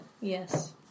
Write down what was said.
Yes